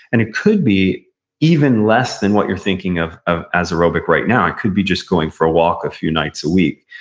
and it could be even less than what you're thinking of of as aerobic right now. it could be just going for a walk a few nights a week.